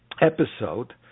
episode